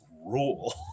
rule